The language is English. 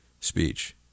speech